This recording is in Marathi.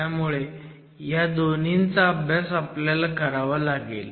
त्यामुळे ह्या दोन्हींचा अभ्यास आपल्याला करावा लागेल